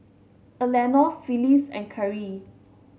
Elenore Phillis and Kerrie